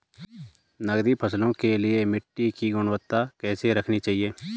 नकदी फसलों के लिए मिट्टी की गुणवत्ता कैसी रखनी चाहिए?